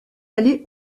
aller